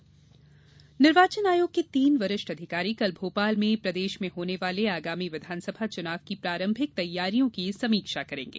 चुनाव तैयारी निर्वाचन आयोग के तीन वरिष्ठ अधिकारी कल भोपाल में प्रदेश में होने वाले आगामी विधानसभा चुनाव की प्रारंभिक तैयारियों की समीक्षा करेंगे